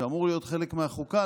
שאמור להיות חלק מהחוקה,